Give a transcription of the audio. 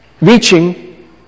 reaching